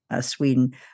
Sweden